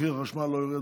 מחיר החשמל לא יורד,